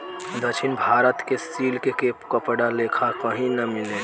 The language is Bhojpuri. दक्षिण भारत के सिल्क के कपड़ा लेखा कही ना मिले